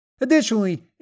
Additionally